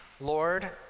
Lord